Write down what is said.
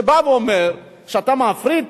כשאתה מפריט,